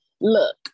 look